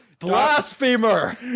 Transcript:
Blasphemer